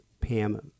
Pam